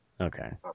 Okay